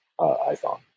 iPhone